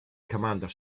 commander